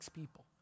people